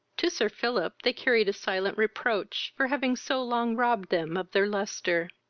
to sir philip they carried a silent reproach for having so long robbed them of their lustre.